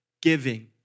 Giving